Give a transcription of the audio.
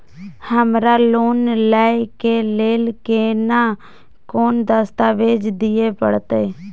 हमरा लोन लय के लेल केना कोन दस्तावेज दिए परतै?